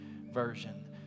Version